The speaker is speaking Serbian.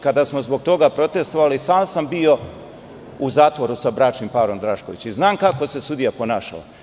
Kada smo zbog toga protestovali, i sam sam bio u zatvoru sa bračnim parom Drašković i znam kako se sudija ponašala.